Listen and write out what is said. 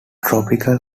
tropical